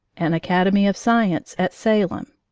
an academy of science at salem,